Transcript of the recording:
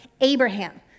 Abraham